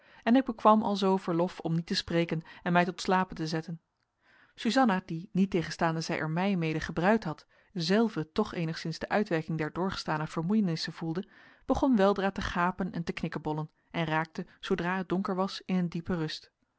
en ik bekwam alzoo verlof om niet te spreken en mij tot slapen te zetten suzanna die niettegenstaande zij er mij mede gebruid had zelve toch eenigszins de uitwerking der doorgestane vermoeienissen voelde begon weldra te gapen en te knikkebollen en raakte zoodra het donker was in een diepe rust